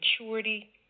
maturity